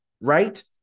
right